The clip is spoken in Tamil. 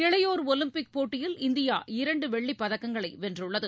இளையோர் ஒலிம்பிக் போட்டியில் இந்தியா இரண்டு வெள்ளிப் பதக்கங்களை வென்றுள்ளது